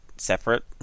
separate